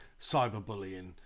cyberbullying